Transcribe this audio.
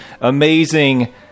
amazing